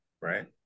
right